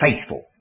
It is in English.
faithful